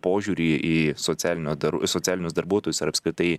požiūrį į socialinio dar į socialinius darbuotojus ar apskritai